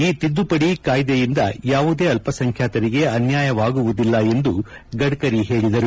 ಈ ತಿದ್ದುಪಡಿ ಕಾಯ್ಲೆಯಿಂದ ಯಾವುದೇ ಅಲ್ಪಸಂಖ್ಯಾತರಿಗೆ ಅನ್ಯಾಯವಾಗುವುದಿಲ್ಲ ಎಂದು ಅವರು ತಿಳಿಸಿದರು